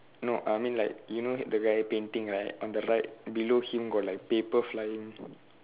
no I mean like you know the guy painting right on the right below him got like paper flying